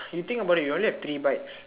you think about it you only have three bites